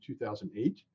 2008